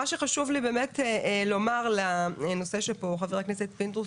מה שחשוב לי באמת לומר בנושא שחבר הכנסת פינדרוס